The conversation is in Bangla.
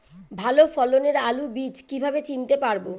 ভালো ফলনের আলু বীজ কীভাবে চিনতে পারবো?